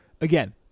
again